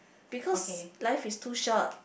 because life is too short